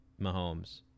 Mahomes